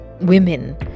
women